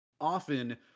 often